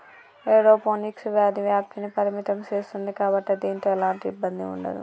aeroponics వ్యాధి వ్యాప్తిని పరిమితం సేస్తుంది కాబట్టి దీనితో ఎలాంటి ఇబ్బంది ఉండదు